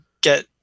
get